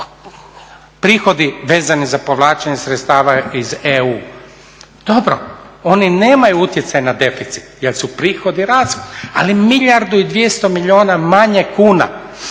prihodi vezani za povlačenje sredstava iz EU. Dobro, oni nemaju utjecaj na deficit jer su prihod i rashod. Ali milijardu i 200 milijuna manje kuna